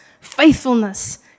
faithfulness